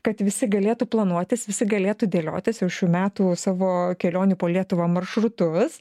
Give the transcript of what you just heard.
kad visi galėtų planuotis visi galėtų dėliotis ir šių metų savo kelionių po lietuvą maršrutus